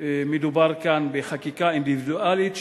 מדובר פה בחקיקה אינדיבידואלית,